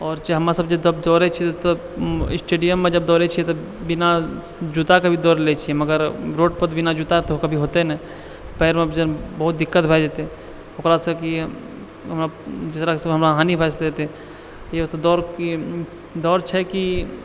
आओर हमरा सभ जब दौड़ै छियै तब स्टेडियम मे जभ दौड़ै छियै तब बिना जूता के भी दौड़ लै छियै मगर रोड पर बिना जूता के तऽ कभी होतै नहि पैर मे जभ बहुत दिक्कत भए जेतै ओकरासँ की हमरा जकरासँ हमरा हानि भए जेतै एहि वास्ते दौड़ के दौड़ छै कि